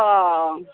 অঁ